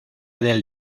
del